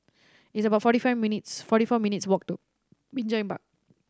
it's about forty five minutes forty four minutes' walk to Binjai Park